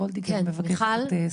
וולדיגר בבקשה.